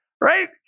Right